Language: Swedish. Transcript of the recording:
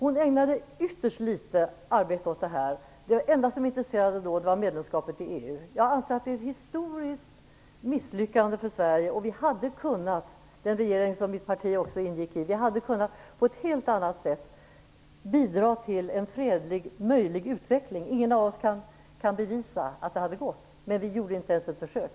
Hon ägnade ytterst litet arbete åt detta. Det enda som intresserade då var medlemskapet i EU. Jag anser att det är ett historiskt misslyckande för Sverige. Den regering som mitt parti också ingick i hade på ett helt annat sätt kunnat bidra till en möjlig fredlig utveckling. Ingen av oss kan bevisa att det hade gått, men vi gjorde inte ens ett försök.